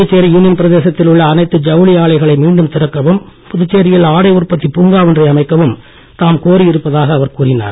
Puducherry union பிரதேசத்தில் உள்ள அனைத்து ஜவுளி ஆலைகளை மீண்டும் திறக்கவும் புதுச்சேரியில் ஆடை உற்பத்தி பூங்கா ஒன்றை அமைக்கவும் தாம் கோரியிருப்பதாக அவர் கூறினார்